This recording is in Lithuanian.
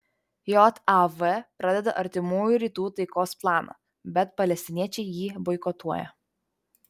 jav pradeda artimųjų rytų taikos planą bet palestiniečiai jį boikotuoja